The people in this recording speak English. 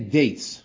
dates